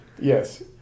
Yes